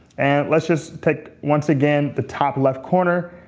and let's just take, once again, the top left corner.